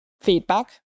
feedback